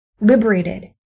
liberated